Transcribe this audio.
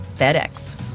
FedEx